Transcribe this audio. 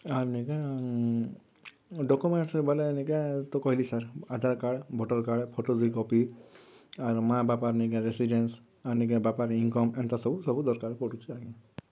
ଆରୁ ନାଇ କାଏଁ ଡ଼କ୍ୟୁମେଣ୍ଟ୍ରେ ବେଲେ ନାଇ କାଏଁ ତ କହେଲି sir Aadhaar card voter card photo ଦୁଇ କପି ଆର୍ ମାଆ ବାପାର୍ ନାଇ କାଏଁ ରେସିଡ଼େନ୍ସ୍ ଆର୍ ନାଇ କାଏଁ ବାପାର୍ ଇନକମ୍ ଏନ୍ତା ସବୁ ସବୁ ଦରକାର୍ ପଡ଼ୁଛେ ଆଜ୍ଞା